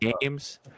games